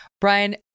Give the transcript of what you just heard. Brian